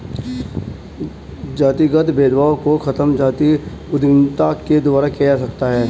जातिगत भेदभाव को खत्म जातीय उद्यमिता के द्वारा किया जा सकता है